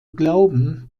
glauben